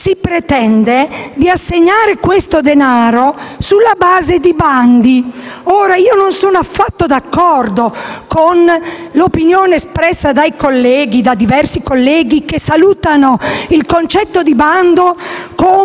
si pretende di assegnare questo denaro sulla base di bandi. Non sono affatto d'accordo con l'opinione espressa da diversi colleghi che salutano il concetto di bando come